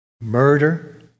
murder